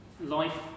Life